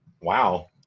Wow